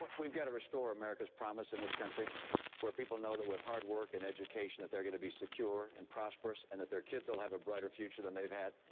we've got to restore america's promise in this country where people know that with hard work and education, that they're going to be secure and prosperous and that their kids will have a brighter future than they've had.